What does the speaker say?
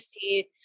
see